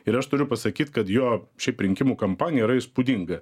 ir aš turiu pasakyt kad jo šiaip rinkimų kampanija yra įspūdinga